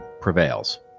prevails